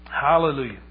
Hallelujah